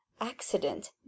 accident